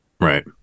right